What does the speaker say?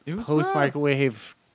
Post-microwave